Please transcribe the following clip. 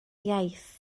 iaith